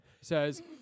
says